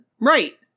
Right